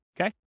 Okay